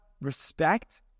respect